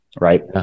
right